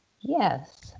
Yes